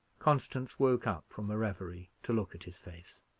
constance woke up from a reverie to look at his face.